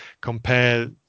compare –